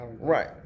Right